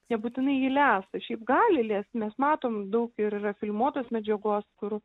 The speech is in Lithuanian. nebūtinai jį lesa šiaip gali lest mes matom daug ir yra filmuotos medžiagos kur